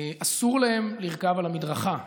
אסור להם לרכוב על המדרכה,